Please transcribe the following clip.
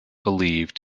believed